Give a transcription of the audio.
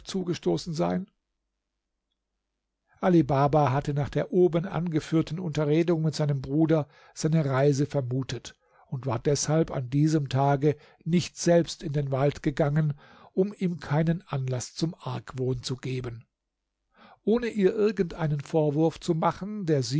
zugestoßen sein ali baba hatte nach der oben angeführten unterredung mit seinem bruder seine reise vermutet und war deshalb an diesem tage nicht selbst in den wald gegangen um ihm keinen anlaß zum argwohn zu geben ohne ihr irgend einen vorwurf zu machen der